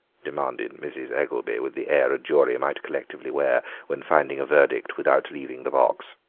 demanded mrs. eggelby, with the air a jury might collectively wear when finding a verdict without leaving the box.